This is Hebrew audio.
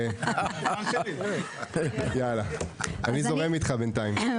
אני זורם איתך בינתיים.